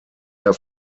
der